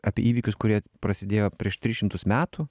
apie įvykius kurie prasidėjo prieš tris šimtus metų